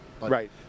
Right